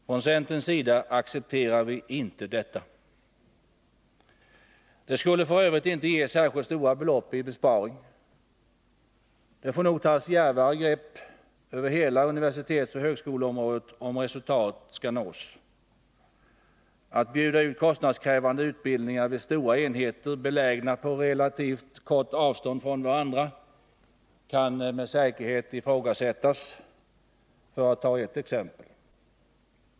Från centerns sida accepterar vi inte detta. Det skulle f. ö. inte ge särskilt mycket i besparingar. Det får nog tas ett djärvare grepp över hela universitetsoch högskoleområdet om resultat skall nås. Att bjuda ut kostnadskrävande utbildningar vid stora enheter belägna på relativt kort avstånd från varandra kan med säkerhet ifrågasättas, för att ta ett exempel.